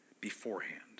beforehand